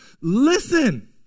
Listen